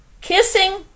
Kissing